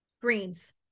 greens